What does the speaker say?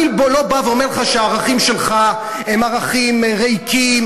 אני לא בא ואומר לך שהערכים שלך הם ערכים ריקים